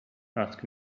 asked